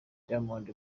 diamond